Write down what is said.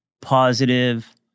positive